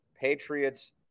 Patriots